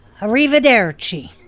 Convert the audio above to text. Arrivederci